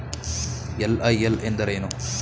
LIL ಎಂದರೇನು?